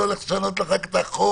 אני לא הולך לשנות לך את החוק,